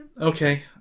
Okay